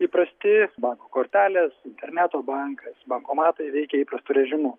įprasti banko kortelės interneto bankas bankomatai veikia įprastu režimu